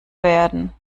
werden